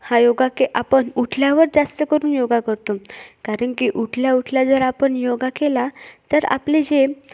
हा योगा के आपण उठल्यावर जास्त करून योगा करतो कारण की उठल्या उठल्या जर आपण योगा केला तर आपले जे